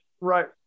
right